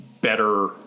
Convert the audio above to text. better